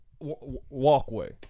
walkway